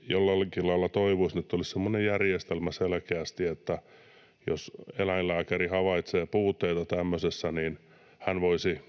jollakin lailla toivoisin, että olisi selkeästi semmoinen järjestelmä, että jos eläinlääkäri havaitsee puutteita tämmöisessä, niin hän voisi